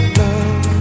love